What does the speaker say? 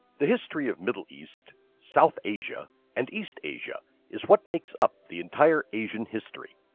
the history of middle east, south asia and east asia is what makes up the entire asian history.